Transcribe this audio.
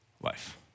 life